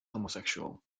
homosexual